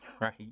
right